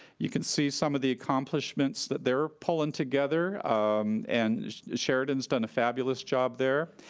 you can see some of the accomplishments that they're pulling together um and sheridan's done a fabulous job there.